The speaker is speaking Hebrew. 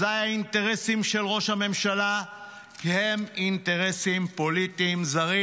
אזי האינטרסים של ראש הממשלה הם אינטרסים פוליטיים זרים.